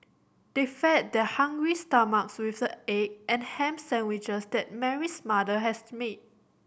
they fed their hungry stomachs with the egg and ham sandwiches that Mary's mother has to make